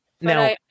Now